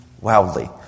wildly